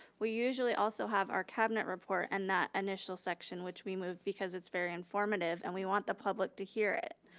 we usually also have our cabinet report and that initial section which we moved because its very informative and we want the public to hear it.